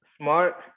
smart